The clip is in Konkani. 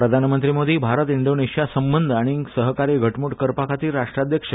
प्रधानमंत्री मोदी भारत इंडोनेशीया संबंध आनी सहकार्य घटम्रट करपाखातीर राष्ट्राध्यक्ष